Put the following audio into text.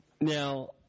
Now